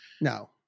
No